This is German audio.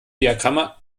diagramme